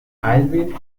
alwin